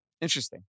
Interesting